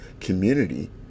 community